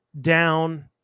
down